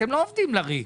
אתם לא עובדים לריק.